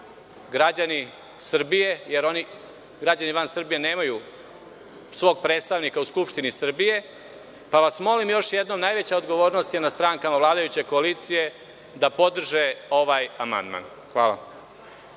građani Srbije, jer oni građani van Srbije nemaju svog predstavnika u Skupštini Srbije, pa vas molim još jednom, jer najveća je odgovornost nad strankom vladajuće koalicije da podrži ovaj amandman. Hvala.